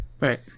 Right